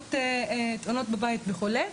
תאונות בבית וכו',